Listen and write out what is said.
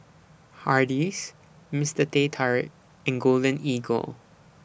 Hardy's Mister Teh Tarik and Golden Eagle